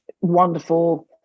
wonderful